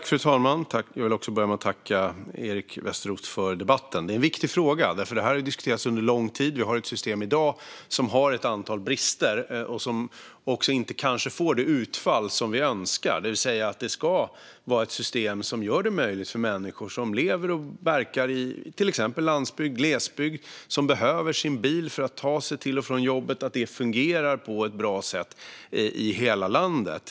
Fru talman! Jag vill börja med att tacka Eric Westroth för debatten. Det är en viktig fråga. Den har diskuterats under lång tid. Vi har i dag ett system som har ett antal brister och som kanske inte får det utfall som vi önskar. Det ska vara ett system som gör det möjligt för människor som lever och verkar i till exempel landsbygd och glesbygd och behöver sin bil för att kunna ta sig till och från jobbet att kunna göra det. Det ska fungera på ett bra sätt i hela landet.